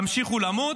תמשיכו למות,